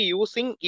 using